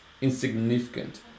insignificant